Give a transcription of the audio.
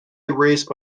erased